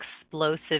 explosive